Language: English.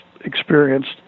experienced